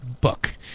book